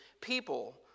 people